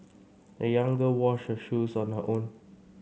the young girl washed her shoes on her own